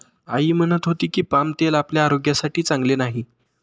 आई म्हणत होती की, पाम तेल आपल्या आरोग्यासाठी चांगले नाही